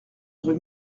rue